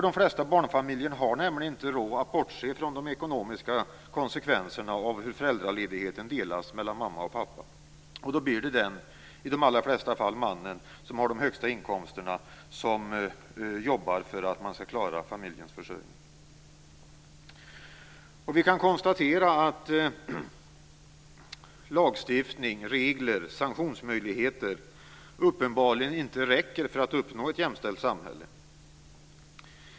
De flesta barnfamiljer har nämligen inte råd att bortse från de ekonomiska konsekvenserna av hur föräldraledigheten delas mellan mamman och pappan, och då blir det den, i de allra flesta fall mannen, som har den högsta inkomsten som jobbar för att man skall klara familjens försörjning. Vi kan konstatera att lagstiftning, regler och sanktionsmöjligheter uppenbarligen inte räcker för att uppnå ett jämställt samhälle.